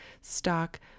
stock